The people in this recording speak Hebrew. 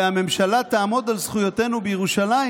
והממשלה תעמוד על זכויותינו בירושלים,